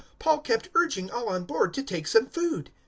paul kept urging all on board to take some food.